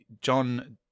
John